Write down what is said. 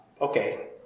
Okay